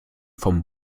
vom